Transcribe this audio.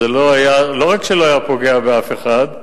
זה לא רק שלא היה פוגע באף אחד,